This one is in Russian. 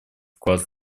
вклад